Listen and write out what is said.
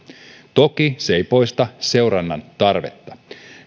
toki se ei poista seurannan tarvetta